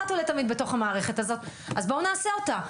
אחת ולתמיד בתוך המערכת הזאת אז בואו נעשה אותו.